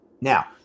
Now